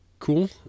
Cool